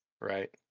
Right